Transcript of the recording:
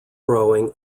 growing